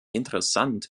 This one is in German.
interessant